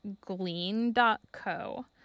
Glean.co